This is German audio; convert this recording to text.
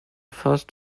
fast